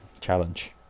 challenge